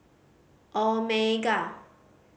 omega